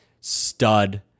Stud